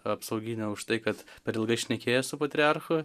apsauginio už tai kad per ilgai šnekėjo su patriarchu